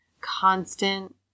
constant